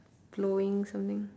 blowing something